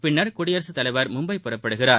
பின்னர் குடியரசுத் தலைவர் மும்பை புறப்படுகிறார்